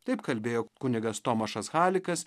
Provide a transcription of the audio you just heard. taip kalbėjo kunigas tomašas halikas